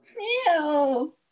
Ew